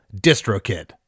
DistroKid